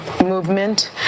movement